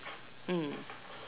mm